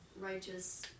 righteous